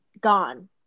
gone